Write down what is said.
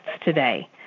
today